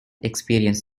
experience